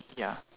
ya